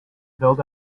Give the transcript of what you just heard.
build